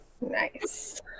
Nice